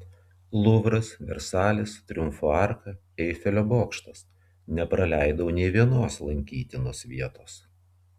luvras versalis triumfo arka eifelio bokštas nepraleidau nė vienos lankytinos vietos